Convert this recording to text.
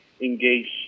engage